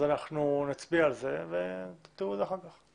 אנחנ ונצביע על זה ותראו את זה אחר כך.